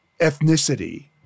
ethnicity